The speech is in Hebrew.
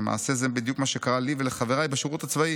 "למעשה זה בדיוק מה שקרה לי ולחבריי בשירות הצבאי